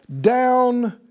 down